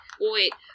Wait